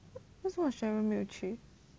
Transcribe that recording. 为什么 cheryl 没有去